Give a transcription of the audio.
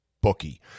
bookie